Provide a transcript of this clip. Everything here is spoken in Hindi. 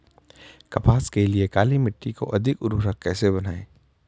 कपास के लिए काली मिट्टी को अधिक उर्वरक कैसे बनायें?